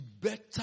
better